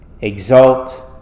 exalt